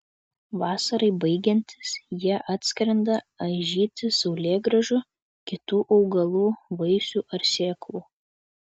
vasarai baigiantis jie atskrenda aižyti saulėgrąžų kitų augalų vaisių ar sėklų